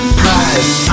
prize